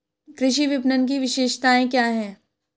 कृषि विपणन की विशेषताएं क्या हैं?